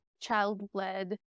child-led